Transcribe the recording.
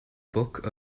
book